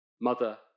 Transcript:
mother